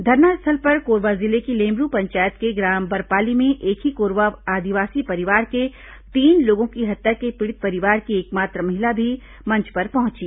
धरनास्थल पर कोरबा जिले की लेमरू पंचायत के ग्राम बरपाली में एक ही कोरवा आदिवासी परिवार के तीन लोगों की हत्या के पीड़ित परिवार की एकमात्र महिला भी मंच पर पहुंची